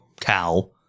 cow